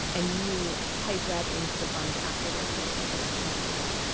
and you pipe that into the bun after they are totally baked and cooled.